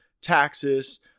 taxes